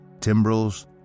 timbrels